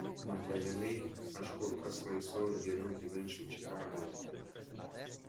materialiai aš kur kas laisviau ir geriau gyvenčiau čikagoje